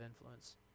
influence